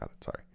Sorry